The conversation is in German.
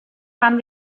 haben